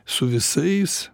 su visais